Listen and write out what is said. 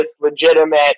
legitimate